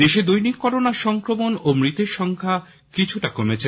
দেশে দৈনিক করোনা সংক্রমণ ও মৃত্যুর সংখ্যা আজ কিছুটা কমেছে